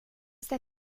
esta